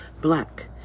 black